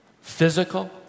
physical